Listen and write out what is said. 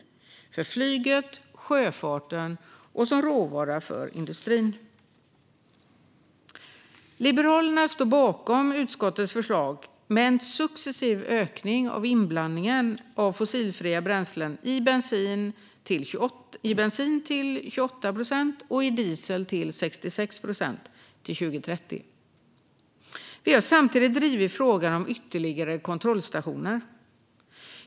Det gäller flyget, sjöfarten och som råvara för industrin. Liberalerna står bakom utskottets förslag om en successiv ökning av inblandningen av fossilfria bränslen i bensin till 28 procent och i diesel till 66 procent till 2030. Vi har samtidigt drivit frågan om ytterligare kontrollstationer.